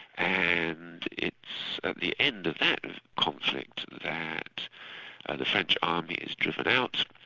and it's at the end of that conflict that and the french army is driven out,